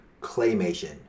claymation